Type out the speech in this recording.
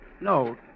No